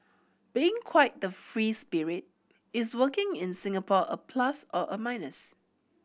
being quite the free spirit is working in Singapore a plus or a minus